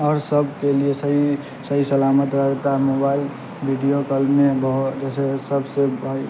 اور سب کے لیے صحیح صحیح سلامت رہتا ہے موبائل ویڈیو کال میں بہت جیسے سب سے بھائی